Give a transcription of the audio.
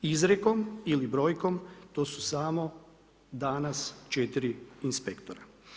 Izrijekom ili brojkom, to su samo danas 4 inspektora.